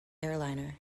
airliner